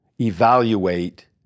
evaluate